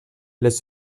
les